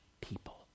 people